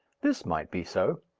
this might be so.